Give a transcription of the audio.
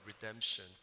redemption